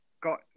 got